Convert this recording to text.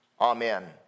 Amen